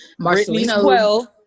Marcelino